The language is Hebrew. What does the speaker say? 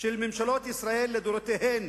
של ממשלות ישראל לדורותיהן